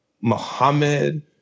Muhammad